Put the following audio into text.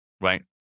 right